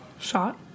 Shot